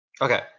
Okay